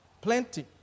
Plenty